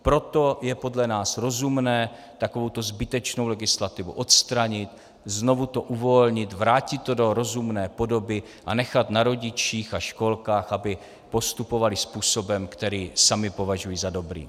Proto je podle nás rozumné takovouto zbytečnou legislativu odstranit, znovu to uvolnit, vrátit to do rozumné podoby a nechat na rodičích a školkách, aby postupovali způsobem, který sami považují za dobrý.